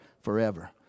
forever